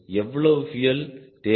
எவ்வளவு பியூயல் தேவை